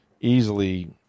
easily